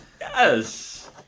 Yes